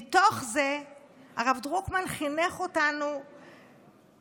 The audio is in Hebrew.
מתוך זה הרב דרוקמן חינך אותנו להכרת